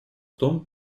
том